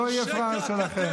לא יהיה פראייר שלכם.